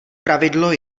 pravidlo